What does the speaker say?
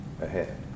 ahead